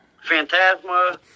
Phantasma